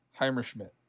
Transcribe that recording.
Heimerschmidt